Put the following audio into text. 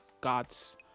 God's